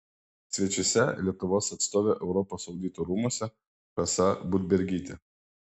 svečiuose lietuvos atstovė europos audito rūmuose rasa budbergytė